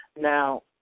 Now